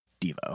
Devo